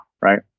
right